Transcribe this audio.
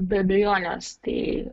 be abejonės tai